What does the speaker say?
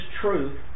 truth